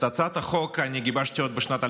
את הצעת החוק אני גיבשתי עוד בשנת 2017,